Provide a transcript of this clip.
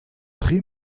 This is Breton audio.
tri